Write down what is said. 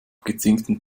gezinkten